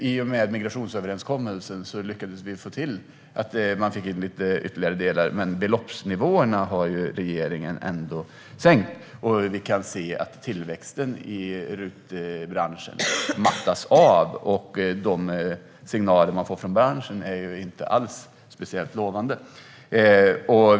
I och med migrationsöverenskommelsen lyckades vi få till att man fick in lite ytterligare delar, men beloppsnivåerna har regeringen ändå sänkt. Vi kan se att tillväxten i RUT-branschen mattas av. De signaler man får från branschen är inte alls speciellt lovande.